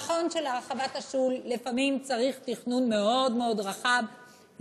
נכון שלהרחבת השול לפעמים צריך תכנון רחב מאוד מאוד,